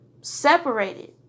separated